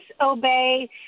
obey